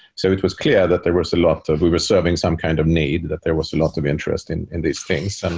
so it was clear that there was a lot of we were serving some kind of need that there was a lot of interest in in these things.